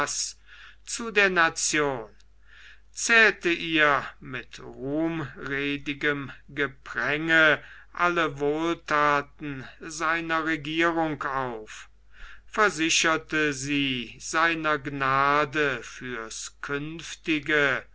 zu der nation zählte ihr mit ruhmredigem gepränge alle wohlthaten seiner regierung auf versicherte sie seiner gnade fürs künftige